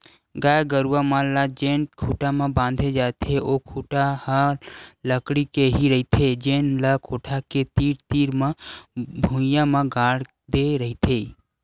गाय गरूवा मन ल जेन खूटा म बांधे जाथे ओ खूटा ह लकड़ी के ही रहिथे जेन ल कोठा के तीर तीर म भुइयां म गाड़ दे रहिथे